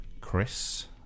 Chris